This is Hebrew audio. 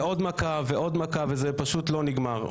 זו עוד מכה ועוד מכה, וזה פשוט לא נגמר.